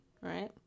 right